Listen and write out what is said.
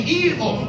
evil